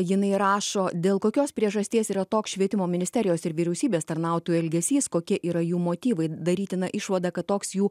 jinai rašo dėl kokios priežasties yra toks švietimo ministerijos ir vyriausybės tarnautojų elgesys kokie yra jų motyvai darytina išvada kad toks jų